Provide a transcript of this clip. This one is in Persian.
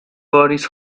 واریز